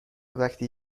وقتی